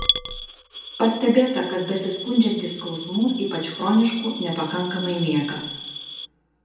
pastebėta kad besiskundžiantys skausmu ypač chronišku nepakankamai miega